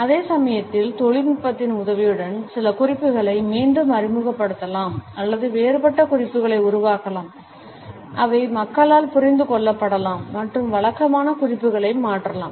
அதே நேரத்தில் தொழில்நுட்பத்தின் உதவியுடன் சில குறிப்புகளை மீண்டும் அறிமுகப்படுத்தலாம் அல்லது வேறுபட்ட குறிப்புகளை உருவாக்கலாம் அவை மக்களால் புரிந்து கொள்ளப்படலாம் மற்றும் வழக்கமான குறிப்புகளை மாற்றலாம்